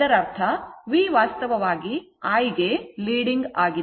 ಇದರರ್ಥ v ವಾಸ್ತವವಾಗಿ I ಗೆ leading ಆಗಿದೆ